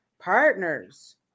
Partners